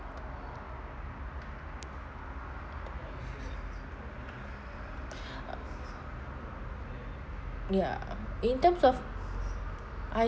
ya in terms of I